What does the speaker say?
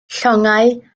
llongau